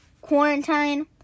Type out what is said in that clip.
Quarantine